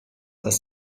als